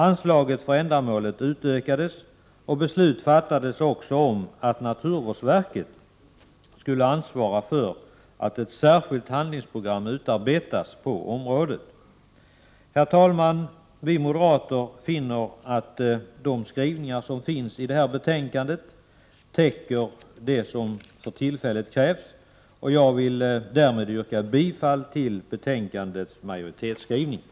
Anslaget för detta ändamål utökades, och beslut fattades om att naturvårdsverket skulle ansvara för att ett särskilt handlingsprogram utarbetas på området. Herr talman! Vi moderater finner att de skrivningar som finns i detta betänkande täcker det som för tillfället krävs, och jag vill därför yrka bifall till majoritetsskrivningen.